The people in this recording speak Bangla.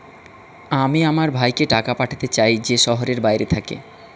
আমি আমার ভাইকে টাকা পাঠাতে চাই যে শহরের বাইরে থাকে